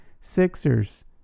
Sixers